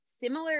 similar